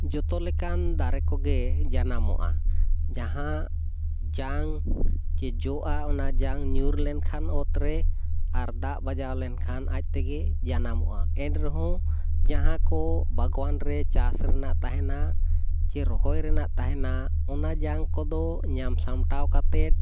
ᱡᱚᱛᱚ ᱞᱮᱠᱟᱱ ᱫᱟᱨᱮᱠᱚᱜᱮ ᱡᱟᱱᱟᱢᱚᱜᱼᱟ ᱡᱟᱦᱟᱸ ᱡᱟᱝ ᱥᱮ ᱡᱚᱜᱼᱟ ᱚᱱᱟ ᱡᱟᱝ ᱧᱩᱨ ᱞᱮᱱᱠᱷᱟᱱ ᱚᱛᱨᱮ ᱟᱨ ᱫᱟᱜ ᱵᱟᱡᱟᱣ ᱞᱮᱱᱠᱷᱟᱱ ᱟᱡᱛᱮᱜᱮ ᱡᱟᱱᱟᱢᱚᱜᱼᱟ ᱮᱱᱨᱮᱦᱚᱸ ᱡᱟᱦᱟᱸᱠᱚ ᱵᱟᱜᱽᱣᱟᱱᱨᱮ ᱪᱟᱥ ᱨᱮᱱᱟᱜ ᱛᱟᱦᱮᱱᱟ ᱥᱮ ᱨᱚᱦᱚᱭ ᱨᱮᱱᱟᱜ ᱛᱟᱦᱮᱱᱟ ᱚᱱᱟ ᱡᱟᱝᱠᱚᱫᱚ ᱧᱟᱢ ᱥᱟᱢᱴᱟᱣ ᱠᱟᱛᱮᱫ